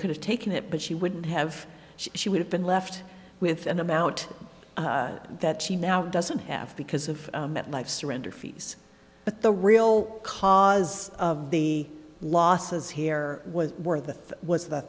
could have taken it but she wouldn't have she would have been left with an amount that she now doesn't have because of met life surrender fees but the real cause of the losses here was worth was the